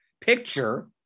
picture